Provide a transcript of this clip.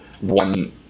one